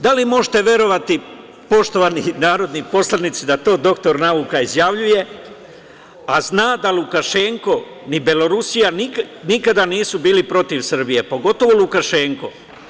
Da li možete verovati, poštovani narodni poslanici, da to dr nauka izjavljuje, a zna da Lukašenko ni Belorusija nikada nisu bili protiv Srbije, pogotovo Lukašenko.